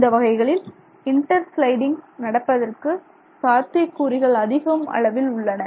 இந்த வகைகளில் inter sliding நடப்பதற்கு சாத்தியக்கூறுகள் அதிக அளவில் உள்ளன